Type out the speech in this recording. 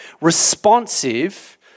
responsive